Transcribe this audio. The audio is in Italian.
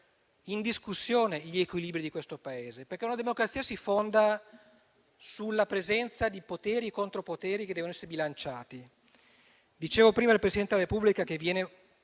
in discussione gli equilibri del Paese. Una democrazia si fonda sulla presenza di poteri e contropoteri, che devono essere bilanciati. Dicevo prima che il Presidente della Repubblica viene